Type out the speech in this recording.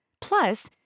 Plus